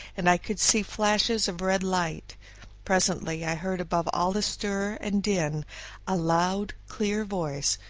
and i could see flashes of red light presently i heard above all the stir and din a loud, clear voice,